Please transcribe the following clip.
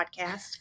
podcast